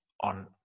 on